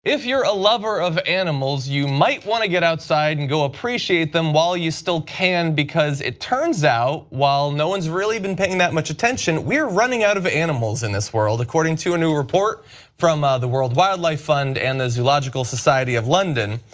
if you are a lover of animals you might want to get outside and go appreciate them while you still can because it turns out while no one has really been paying that much attention, we are running out of animals in this world according to a new report from ah the world wildlife fund and the zoological society of london.